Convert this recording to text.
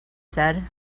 said